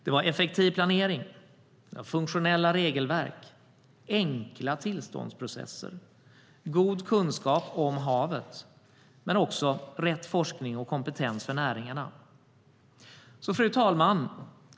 Det var effektiv planering, funktionella regelverk, enkla tillståndsprocesser, god kunskap om havet men också rätt forskning och kompetens för näringarna. Fru talman!